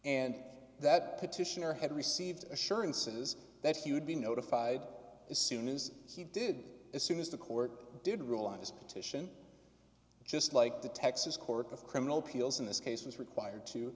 and that petitioner had received assurances that he would be notified as soon as he did as soon as the court did rule on this petition just like the texas court of criminal appeals in this case was required to